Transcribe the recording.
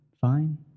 fine